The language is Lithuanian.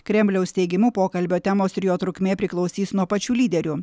kremliaus teigimu pokalbio temos ir jo trukmė priklausys nuo pačių lyderių